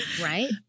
right